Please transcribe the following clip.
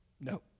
No